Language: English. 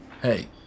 Hey